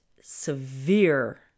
severe